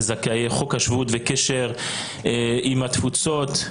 ועדת המשנה לזכאי חוק השבות וקשר עם התפוצות.